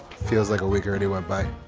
feels like a week already went by.